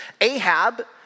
Ahab